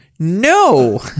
No